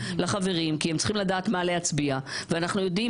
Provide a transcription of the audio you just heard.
לחברים כי הם צריכים לדעת מה להצביע ואנחנו יודעים